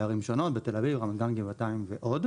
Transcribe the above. שונות, בתל אביב, רמת גן, גבעתיים ועוד.